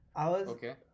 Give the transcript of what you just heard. okay